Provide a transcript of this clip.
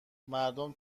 مردم